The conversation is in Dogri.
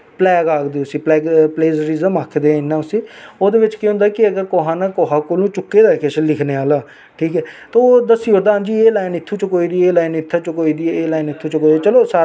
ठीक ऐ ते अज कोई जनानी बाहर निकली जंदी ही ते ओहदे घरे आहले गी भड़काई ओड़ना इयां करी ओड़ना उआं करी ओड़ना जनानियां बचारियां घरे दे अंदर रौंहदे रौंहदे पता ही नेईं हा होंदा कि बाहर के करना ऐ में अपनी गै गल्ल सनानी हां कि में दो ज्हार